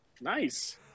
nice